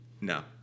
no